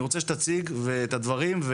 אני רוצה שתציג את הדברים.